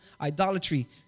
idolatry